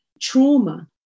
trauma